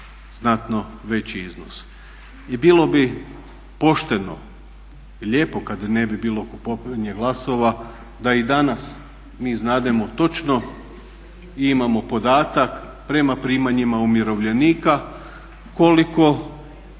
znatno veći iznos. I bilo bi pošteno i lijepo kada ne bi bilo kupovanja glasova, da i danas mi znademo točno i imamo podatak prema primanjima umirovljenika koliko